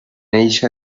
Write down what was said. eixa